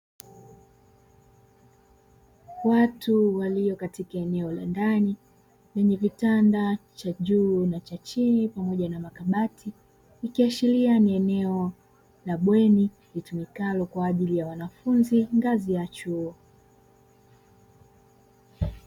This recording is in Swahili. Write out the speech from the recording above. Watu walio katika eneo la ndani lenye vitanda cha juu na cha chini pamoja na makabati ikiashiria ni eneo la bweni litumikalo kwa ajili ya wanafunzi ngazi ya chuo.